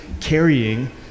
carrying